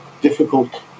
difficult